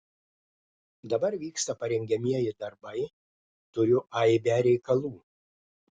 dabar vyksta parengiamieji darbai turiu aibę reikalų